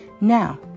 Now